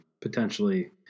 potentially